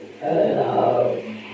Hello